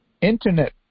internet